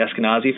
Eskenazi